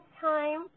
time